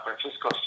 Francisco